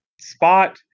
spot